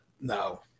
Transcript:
no